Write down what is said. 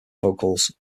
vocals